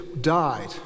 died